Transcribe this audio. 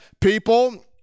people